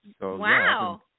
Wow